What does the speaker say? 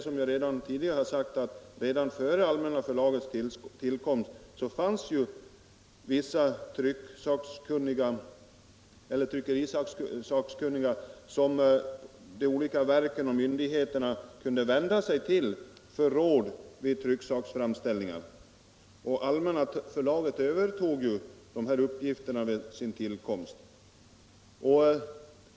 Som jag tidigare har sagt fanns redan före Allmänna Förlagets tillkomst vissa tryckerisakkunniga som de olika verken och myndigheterna kunde vända sig till för råd vid trycksaksframställning, och Allmänna Förlaget övertog sedan de här uppgifterna.